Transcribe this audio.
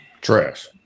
trash